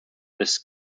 this